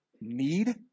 need